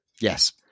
Yes